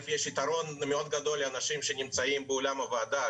יש יתרון לאנשים שנמצאים באולם הוועדה,